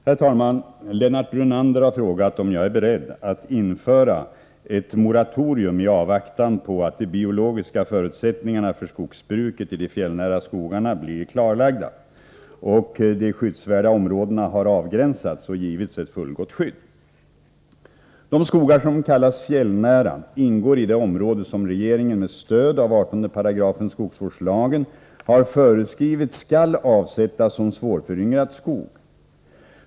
Herr talman! Lennart Brunander har frågat om jag är beredd att införa ett moratorium i avvaktan på att de biologiska förutsättningarna för skogsbruket i de fjällnära skogarna blivit klarlagda och de skyddsvärda områdena har avgränsats och givits ett fullgott skydd. De skogar som kallas fjällnära ingår i det område som regeringen med stöd av 18§ skogsvårdslagen har föreskrivit skall avsättas som svårföryngrad skog.